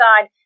God